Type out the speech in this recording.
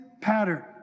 pattern